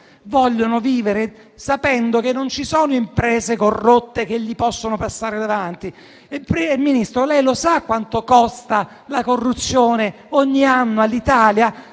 vogliono vivere sapendo che non ci sono imprese corrotte che possono loro passare davanti. Signor Ministro, lei lo sa quanto costa la corruzione ogni anno all'Italia?